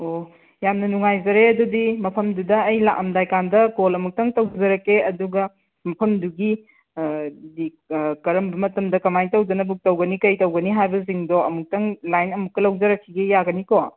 ꯑꯣ ꯌꯥꯝꯅ ꯅꯨꯡꯉꯥꯏꯖꯔꯦ ꯑꯗꯨꯗꯤ ꯃꯐꯝꯗꯨꯗ ꯑꯩ ꯂꯥꯛꯑꯝꯗꯥꯏ ꯀꯥꯟꯗ ꯀꯣꯜ ꯑꯃꯨꯛꯇꯪ ꯇꯧꯖꯔꯛꯀꯦ ꯑꯗꯨꯒ ꯃꯐꯝꯗꯨꯒꯤ ꯀꯔꯝꯕ ꯃꯇꯝꯗ ꯀꯃꯥꯏꯟ ꯇꯧꯗꯅ ꯕꯨꯛ ꯇꯧꯒꯅꯤ ꯀꯔꯤ ꯇꯧꯒꯅꯤ ꯍꯥꯏꯕꯁꯤꯡꯗꯣ ꯑꯃꯨꯛꯇꯪ ꯂꯥꯏꯟ ꯑꯃꯨꯛꯀ ꯂꯧꯖꯔꯛꯈꯤꯒꯦ ꯌꯥꯒꯅꯤꯀꯣ